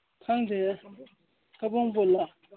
ꯈꯪꯗꯦꯗ ꯀꯕꯣꯡꯕꯨꯜꯂꯣ